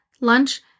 lunch